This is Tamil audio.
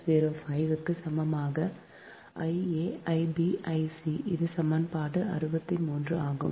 4605 க்கு சமமாக I a I b I c இது சமன்பாடு 63 ஆகும்